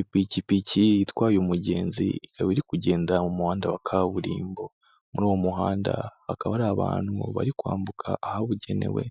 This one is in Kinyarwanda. Ipikipiki itwaye umugenzi ikaba iri kugenda mu muhanda wa kaburimbo, muri uwo muhanda hakaba hari abantu bari kwambuka ahabugenewe